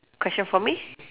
question for me